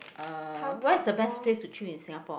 uh where's is the best place to chill in Singapore